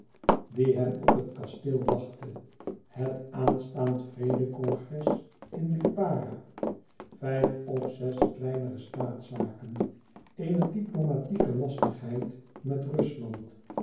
die hem op het kasteel wachtte het aanstaand vrede congres in lipara vijf of zes kleinere staatszaken eene diplomatieke lastigheid met rusland